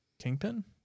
Kingpin